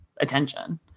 attention